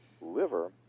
liver